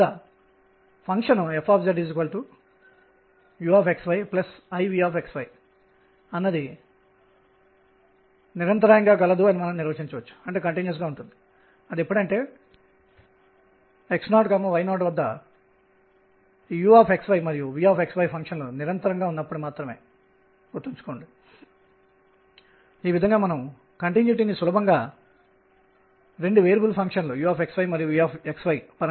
నేను ఎలిప్టికల్ దీర్ఘవృత్తాకార కక్ష్యలో తిరుగుతున్న ఎలక్ట్రాన్ ను కూడా కలిగి ఉండగలను మరియు అవి ఎలా వివరించబడ్డాయి మరియు అవి బోర్ సోమెర్ఫెల్డ్ క్వాంటైజేషన్ నిబంధన నుండి సహజంగా బయటకు వస్తాయని మీరు చూస్తారు